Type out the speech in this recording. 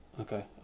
okay